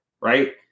Right